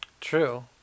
True